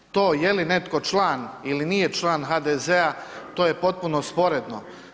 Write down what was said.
To je li netko član ili nije član HDZ-a to je potpuno sporedno.